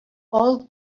all